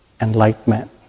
enlightenment